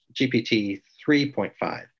GPT-3.5